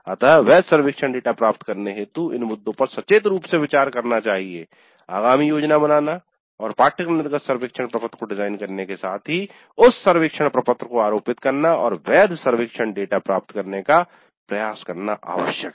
अतः वैध सर्वेक्षण डेटा प्राप्त करने हेतु इन मुद्दों पर सचेत रूप से विचार करना चाहिए आगामी योजना बनाना और पाठ्यक्रम निर्गत सर्वेक्षण प्रपत्र को डिजाइन करने के साथ ही उस सर्वेक्षण प्रपत्र को आरोपित करना और वैध सर्वेक्षण डेटा प्राप्त करने का प्रयास करना आवश्यक है